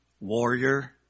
Warrior